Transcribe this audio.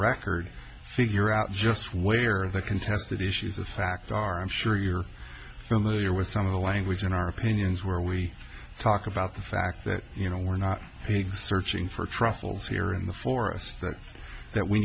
record figure out just where the contested issues of fact are i'm sure you're familiar with some of the language in our opinions where we talk about the fact that you know we're not big search ing for truffles here in the forest that